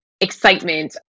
excitement